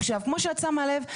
כמו שאת שמה לב,